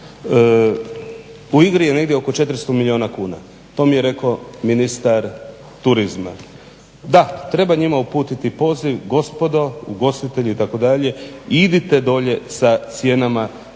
U igri je negdje oko 400 milijuna kuna, to mi je rekao ministar turizma. Da, treba njima uputiti poziv gospodo ugostitelji itd. idite dolje sa cijenama